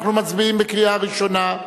אנחנו מצביעים בקריאה ראשונה.